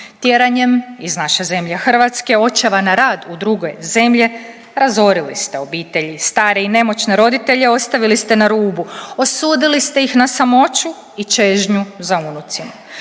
tjeranjem iz naše zemlje Hrvatske očeva na rad u druge zemlje, razorili ste obitelji, stare i nemoćne roditelje ostavili ste na rubu, osudili ste ih na samoću i čežnju za unucima.